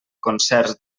concerts